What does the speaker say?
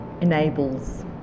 enables